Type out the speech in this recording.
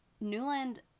Newland